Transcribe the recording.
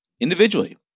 Individually